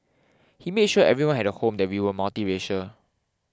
he made sure everyone had a home and that we were multiracial